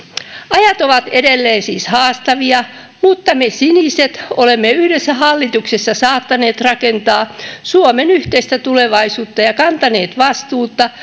ajat siis ovat edelleen haastavia mutta me siniset olemme yhdessä hallituksessa saattaneet rakentaa suomen yhteistä tulevaisuutta ja kantaneet vastuuta